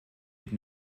had